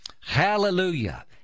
Hallelujah